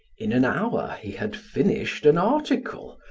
in an hour he had finished an article,